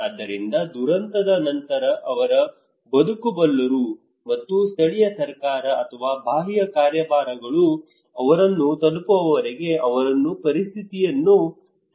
ಆದ್ದರಿಂದ ದುರಂತದ ನಂತರ ಅವರು ಬದುಕಬಲ್ಲರು ಮತ್ತು ಸ್ಥಳೀಯ ಸರ್ಕಾರ ಅಥವಾ ಬಾಹ್ಯ ಕಾರ್ಯಭಾರಗಳು ಅವರನ್ನು ತಲುಪುವವರೆಗೆ ಅವರು ಪರಿಸ್ಥಿತಿಯನ್ನು ಸರಿಯಾಗಿ ನಿರ್ವಹಿಸಬಹುದು